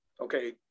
okay